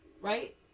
right